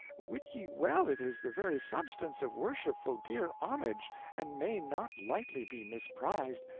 wit ye well it is the very substance of worshipful dear homage and may not lightly be misprized,